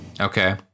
Okay